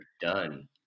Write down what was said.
done